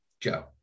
Joe